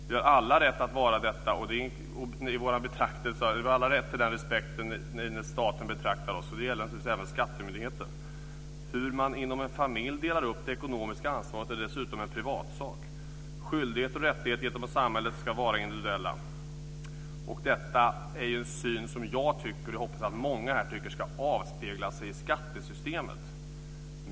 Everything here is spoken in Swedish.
Vi har alla rätt till den respekten av staten, och det gäller naturligtvis även skattemyndigheten. Hur man inom en familj delar upp det ekonomiska ansvaret är dessutom en privatsak. Skyldigheter och rättigheter gentemot samhället ska vara individuella. Detta är en syn som jag - och många här, hoppas jag - tycker ska avspegla sig i skattesystemet.